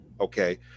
okay